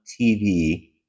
TV